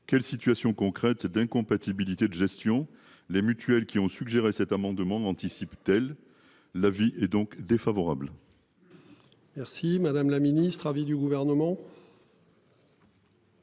Quelle situation concrète d'incompatibilité de gestion. Les mutuelles qui ont suggéré cet amendement n'anticipe-t-elle. La vie est donc défavorable. Le. Merci madame la ministre. Avis du gouvernement.